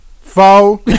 Four